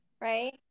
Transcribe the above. right